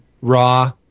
raw